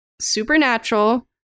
Supernatural